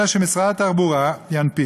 אלא שמשרד התחבורה ינפיק.